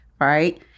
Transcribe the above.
right